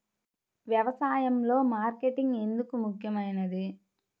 వ్యసాయంలో మార్కెటింగ్ ఎందుకు ముఖ్యమైనది?